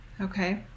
Okay